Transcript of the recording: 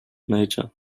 nature